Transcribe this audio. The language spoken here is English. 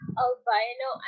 albino